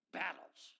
battles